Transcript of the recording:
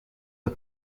are